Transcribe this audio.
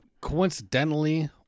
coincidentally